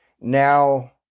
now